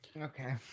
Okay